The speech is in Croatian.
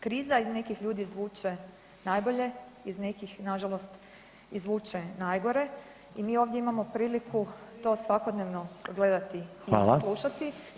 Kriza iz nekih ljudi izvuče najbolje, iz nekih nažalost izvuče najgore i mi ovdje imamo priliku to svakodnevno gledati [[Upadica: Hvala]] ili slušati.